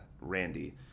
Randy